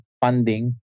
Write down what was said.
funding